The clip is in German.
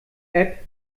app